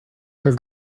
her